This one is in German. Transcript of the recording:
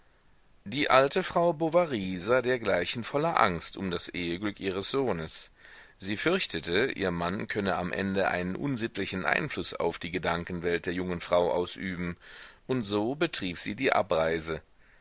die alte frau bovary sah dergleichen voller angst um das eheglück ihres sohnes sie fürchtete ihr mann könne am ende einen unsittlichen einfluß auf die gedankenwelt der jungen frau ausüben und so betrieb sie die abreise